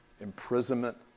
imprisonment